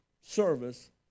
service